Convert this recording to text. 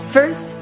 First